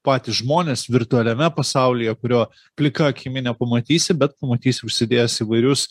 patys žmonės virtualiame pasaulyje kurio plika akimi nepamatysi bet pamatysi užsidėjęs įvairius